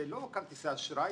זה לא כרטיסי אשראי,